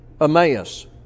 Emmaus